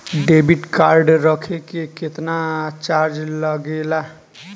Debit card रखे के केतना चार्ज लगेला?